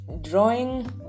drawing